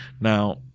Now